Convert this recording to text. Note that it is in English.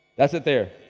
that's it there.